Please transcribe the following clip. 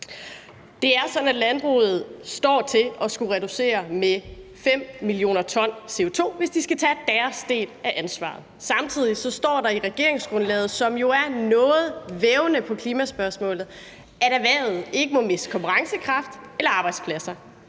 Det er sådan, at landbruget står til at skulle reducere med 5 mio. t CO2, hvis landbruget skal tage sin del af ansvaret. Samtidig står der i regeringsgrundlaget, som jo er noget vævende i forhold til klimaspørgsmålet, at erhvervet ikke må miste konkurrencekraft eller arbejdspladser.